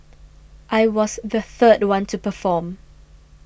I was the third one to perform